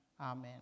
amen